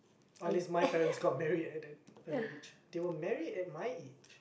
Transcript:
or at least my parents got married at an earlier age they were married at my age